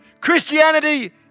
Christianity